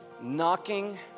Knocking